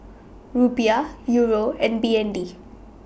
Rupiah Euro and B N D